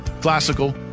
Classical